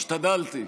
השתדלתי.